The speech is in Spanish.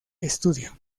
estudio